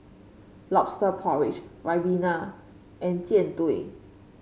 lobster porridge ribena and Jian Dui